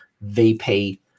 VP